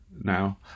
now